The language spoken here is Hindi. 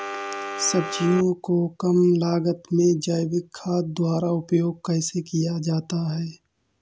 सब्जियों को कम लागत में जैविक खाद द्वारा उपयोग कैसे किया जाता है?